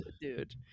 Dude